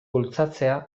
bultzatzea